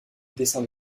dessin